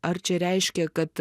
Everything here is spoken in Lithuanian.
ar čia reiškia kad